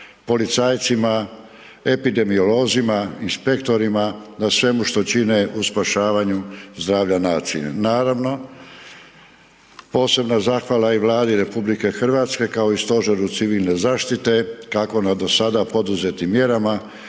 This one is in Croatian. policajcima, epidemiolozima, inspektorima na svemu što čine u spašavanju zdravlja nacije. Naravno, posebna zahvala i Vladi RH i kao stožeru civilne zaštite kako na dosada poduzetim mjerama